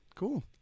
Cool